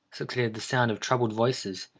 succeeded the sound of troubled voices,